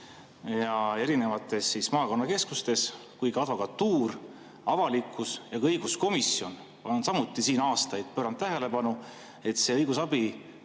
Erinevad maakonnakeskused, aga ka advokatuur, avalikkus ja ka õiguskomisjon on samuti siin aastaid pööranud tähelepanu, et see õigusabi,